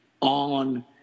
on